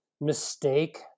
mistake